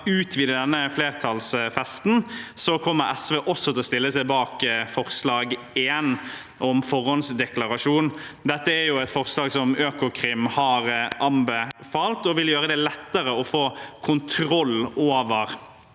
utvide denne flertallsfesten kommer SV også til å stille seg bak forslag nr. 1, om forhåndsdeklarasjon. Dette er et forslag som Økokrim har anbefalt, og som vil gjøre det lettere å få kontroll over